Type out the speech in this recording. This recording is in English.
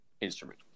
instrument